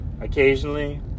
occasionally